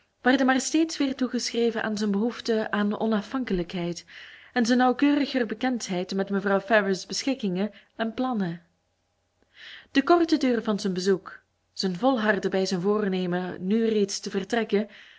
werden maar steeds weer toegeschreven aan zijn behoefte aan onafhankelijkheid en zijn nauwkeuriger bekendheid met mevrouw ferrars beschikkingen en plannen de korte duur van zijn bezoek zijn volharden bij zijn voornemen nu reeds te vertrekken